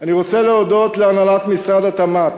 אני רוצה להודות להנהלת משרד התמ"ת,